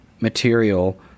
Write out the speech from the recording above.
material